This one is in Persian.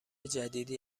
جدیدی